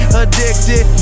addicted